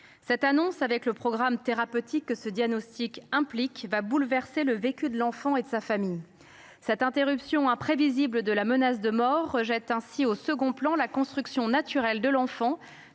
Cette annonce, avec le programme thérapeutique que le diagnostic implique, va bouleverser le vécu de l’enfant et de sa famille. Cette irruption imprévisible de la menace de mort rejette ainsi au second plan la construction naturelle de l’enfant